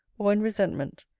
or in resentment.